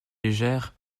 légères